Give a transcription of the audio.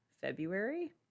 February